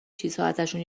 چیزهاازشون